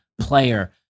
player